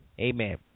Amen